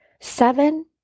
Seven